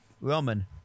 Roman